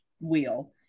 wheel